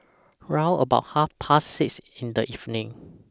round about Half Past six in The evening